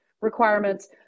requirements